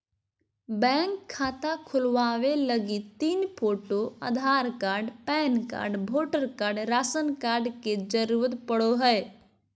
bank खाता खोलबावे लगी तीन photo, Aadhaar card, PAN card, voter card, ration card के जरूरत पड़ो हय